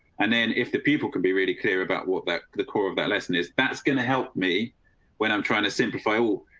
and then if the people can be really clear about what that the core of that lesson is, that's going to help maine when i'm trying to simplify all.